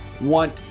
want